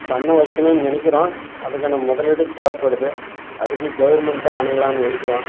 பண்ணை வைக்கணும்ன்னு நெனைக்கிறோம் அதுக்கான முதலீடு தேவைப்படுது அதுக்கு கவர்மெண்ட்டை அணுகலாம்ன்னு இருக்கிறோம்